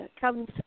comes